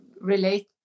relate